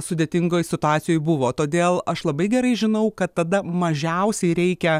sudėtingoj situacijoj buvo todėl aš labai gerai žinau kad tada mažiausiai reikia